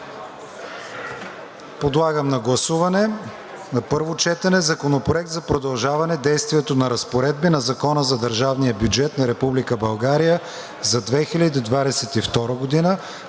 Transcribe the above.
Подлагам на гласуване на първо четене Законопроекта за продължаване действието на разпоредби на Закона за държавния бюджет на Република